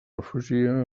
refugia